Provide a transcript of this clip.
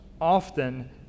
often